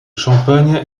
champagne